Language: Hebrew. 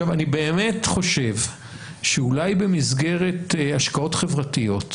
אני באמת חושב שאולי במסגרת השקעות חברתיות,